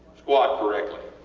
squat correctly.